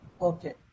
Okay